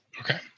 okay